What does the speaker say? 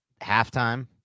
halftime